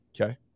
okay